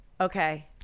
Okay